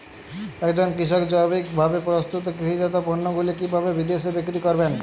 একজন কৃষক জৈবিকভাবে প্রস্তুত কৃষিজাত পণ্যগুলি কিভাবে বিদেশে বিক্রি করবেন?